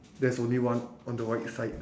there's only one on the right side